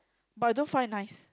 but I don't find it nice